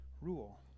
rule